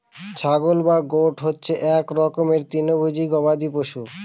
ছাগল বা গোট হচ্ছে এক রকমের তৃণভোজী গবাদি পশু